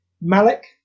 Malik